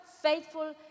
faithful